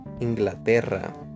Inglaterra